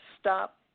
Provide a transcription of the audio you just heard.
stop